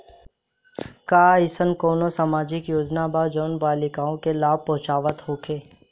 का एइसन कौनो सामाजिक योजना बा जउन बालिकाओं के लाभ पहुँचावत होखे?